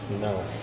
No